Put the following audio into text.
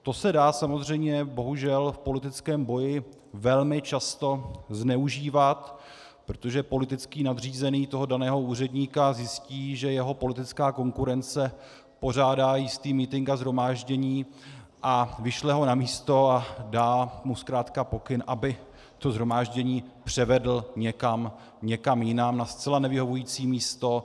To se dá samozřejmě bohužel v politickém boji velmi často zneužívat, protože politický nadřízený toho daného úředníka zjistí, že jeho politická konkurence pořádá jistý mítink a shromáždění, a vyšle ho na místo a dá mu zkrátka pokyn, aby to shromáždění převedl někam jinam, na zcela nevyhovující místo.